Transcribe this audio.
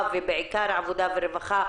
והרווחה